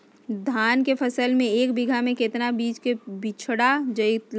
धान के फसल में एक बीघा में कितना बीज के बिचड़ा लगतय?